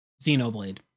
Xenoblade